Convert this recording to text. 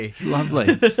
Lovely